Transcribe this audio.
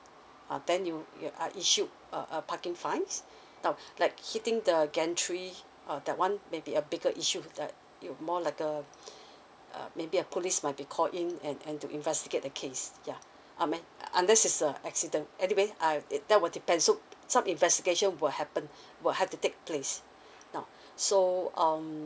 uh then you you uh issued a a parking fine now like hitting the gantry uh that one maybe a bigger issue that you more like uh uh maybe a police might be call in and and to investigate the case yeah uh may unless it's a accident anyway uh that will depends so some investigation will happen will have to take place now so um